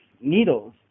needles